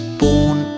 born